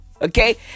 Okay